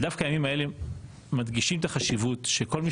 דווקא הימים האלה מדגישים את החשיבות שכל מי